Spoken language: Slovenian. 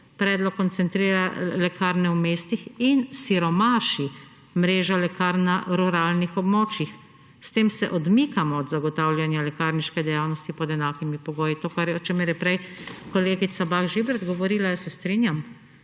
Predlog koncentrira lekarne v mestih in siromaši mrežo lekarn na ruralnih območjih. S tem se odmikamo od zagotavljanja lekarniške dejavnosti pod enakimi pogoji. To, o čemer je prej kolegica Bah Žibert govorila, jaz se strinjam,